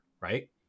right